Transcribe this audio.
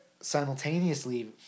simultaneously